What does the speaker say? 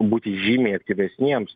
būti žymiai aktyvesniems